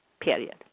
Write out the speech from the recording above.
period